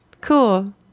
Cool